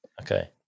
Okay